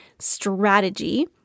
strategy